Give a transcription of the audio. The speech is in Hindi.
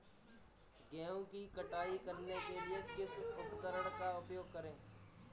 गेहूँ की कटाई करने के लिए किस उपकरण का उपयोग करें?